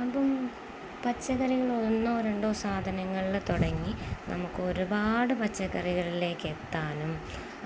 അപ്പോള് പച്ചക്കറികളൊന്നോ രണ്ടോ സാധനങ്ങളില് തുടങ്ങി നമുക്ക് ഒരുപാട് പച്ചക്കറികളിലേക്ക് എത്താനും